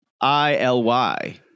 I-L-Y